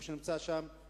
היכן שנמצא ואדי-נעם,